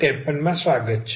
53 માં સ્વાગત છે